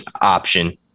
option